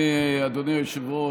אדוני היושב-ראש,